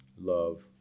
love